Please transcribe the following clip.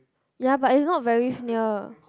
ya but it's not very near